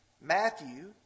Matthew